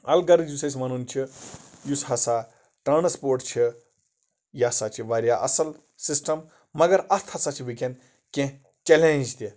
الغرض یُس اَسہِ وَنُن چھُ یُس ہسا ٹرانَسپورٹ چھ یہِ ہسا چھُ واریاہ اَصٕل سِسٹَم مَگر اَتھ ہسا چھُ ؤنکیٚن کیٚنہہ چیلینج تہِ